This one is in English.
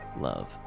love